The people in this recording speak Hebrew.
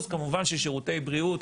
כמובן ששירותי בריאות,